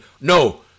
No